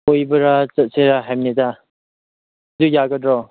ꯀꯣꯏꯕꯔꯥ ꯆꯠꯁꯤꯔꯥ ꯍꯥꯏꯕꯅꯤꯗ ꯑꯗꯨ ꯌꯥꯒꯗ꯭ꯔꯣ